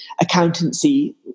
accountancy